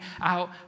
out